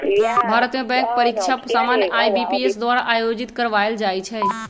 भारत में बैंक परीकछा सामान्य आई.बी.पी.एस द्वारा आयोजित करवायल जाइ छइ